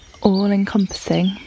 all-encompassing